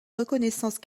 reconnaissance